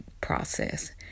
process